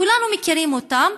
כולנו מכירים אותם,